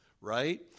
Right